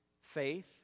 Faith